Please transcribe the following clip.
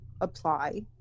apply